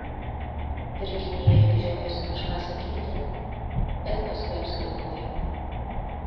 virginija lyg žiojosi kažką sakyti bet paskui apsigalvojo